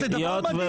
לא, זה דבר מדהים.